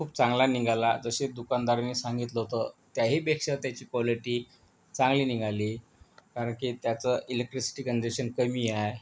खूप चांगला निघाला जसे दुकानदाराने सांगितलं होतं त्याहीपेक्षा त्याची क्वालिटी चांगली निघाली कारण की त्याचं इलेक्ट्रिसिटी कंजेशन कमी आहे